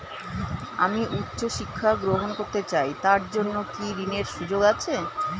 আমি উচ্চ শিক্ষা গ্রহণ করতে চাই তার জন্য কি ঋনের সুযোগ আছে?